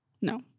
No